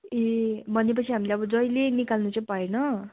ए भनेपछि हामीले अब जहिल्यै निकाल्नु चाहिँ पाएन